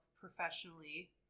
professionally